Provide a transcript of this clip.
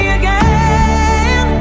again